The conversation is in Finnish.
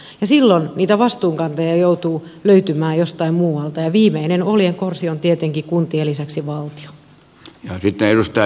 ja silloin niitä vastuunkantajia joutuu löytämään jostain muualta ja viimeinen oljenkorsi on tietenkin kuntien lisäksi valtio